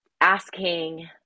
asking